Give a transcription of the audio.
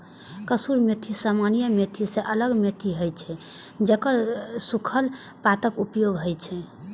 कसूरी मेथी सामान्य मेथी सं अलग मेथी होइ छै, जेकर सूखल पातक उपयोग होइ छै